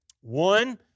One